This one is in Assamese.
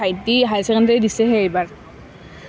ভাইটি হায়াৰ ছেকেণ্ডেৰী দিছেহে এইবাৰ